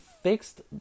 fixed